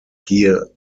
gear